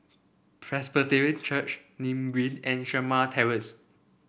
Presbyterian Church Nim Green and Shamah Terrace